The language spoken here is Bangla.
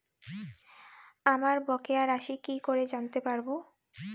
আমার বকেয়া রাশি কি করে জানতে পারবো?